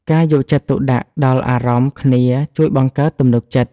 ការយកចិត្តទុកដាក់ដល់អារម្មណ៍គ្នាជួយបង្កើតទំនុកចិត្ត។